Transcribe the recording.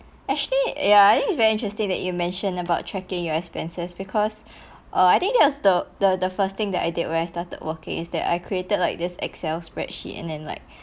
actually ya I think it's very interesting that you mentioned about checking your expenses because err I think that was the the the first thing that I did when I started working is that I created like this excel spreadsheet and then like